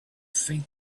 faint